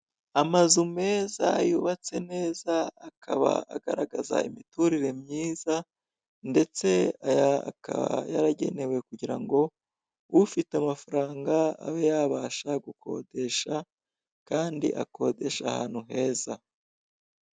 Amazu meza yubatse neza akaba agaragaza imiturire myiza ndetse akaba yaragenewe kugira ngo ufite amafaranga abe yabasha gukodesha, kandi akodesha ahantu heza.